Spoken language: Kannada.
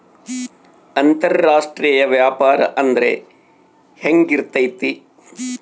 ಅಂತರಾಷ್ಟ್ರೇಯ ವ್ಯಾಪಾರ ಅಂದ್ರೆ ಹೆಂಗಿರ್ತೈತಿ?